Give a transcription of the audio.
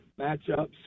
matchups